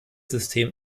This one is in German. system